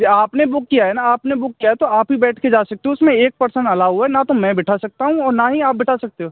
ये आपने बुक किया है ना आपने बुक किया है तो आप ही बैठ के जा सकते हो उसमें एक पर्सन अलाउ है ना तो मैं बैठा सकता हूँ और ना ही आप बैठा सकते हो